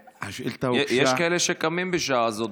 יש כאלה שקמים בשעה הזאת,